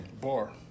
Bar